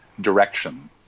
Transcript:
direction